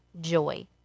joy